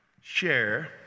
share